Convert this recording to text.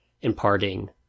imparting